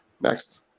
Next